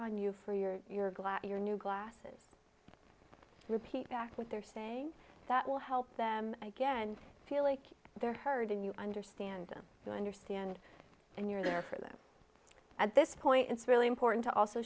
on you for your you're glad your new glasses repeat back what they're saying that will help them again feel like they're heard and you understand you understand and you're there for them at this point it's really important to also